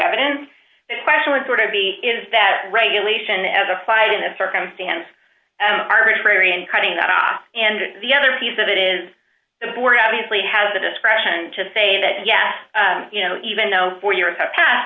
evidence that question was going to be is that regulation as applied in a circumstance arbitrary and cutting that off and the other piece of it is the board obviously have the discretion to say that yes you know even though four years have passed